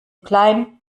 klein